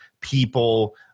people